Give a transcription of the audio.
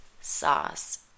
sauce